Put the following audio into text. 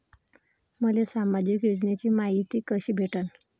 मले सामाजिक योजनेची मायती कशी भेटन?